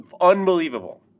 unbelievable